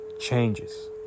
changes